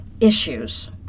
issues